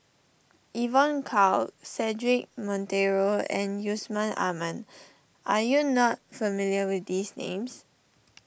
Evon Kow Cedric Monteiro and Yusman Aman are you not familiar with these names